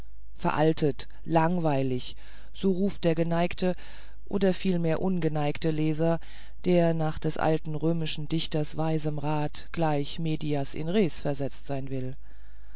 veraltet langweilig so ruft der geneigte oder vielmehr ungeneigte leser der nach des alten römischen dichters weisem rat gleich medias in res versetzt sein will